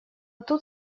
тут